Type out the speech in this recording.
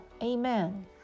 Amen